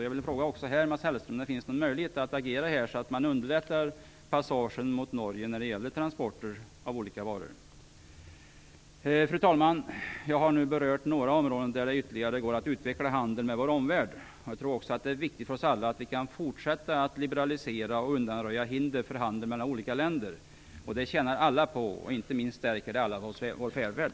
Jag vill fråga Mats Hellström om det finns någon möjlighet att agera här, så att man underlättar passagen mot Norge när det gäller transporter av olika varor. Fru talman! Jag har nu berört några områden där det ytterligare går att utveckla handeln med vår omvärld. Jag tror också att det är viktigt för oss alla att vi kan fortsätta att liberalisera och undanröja hinder för handel mellan olika länder. Det tjänar alla på, och inte minst stärker det allas vår välfärd.